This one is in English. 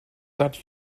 that